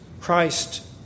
Christ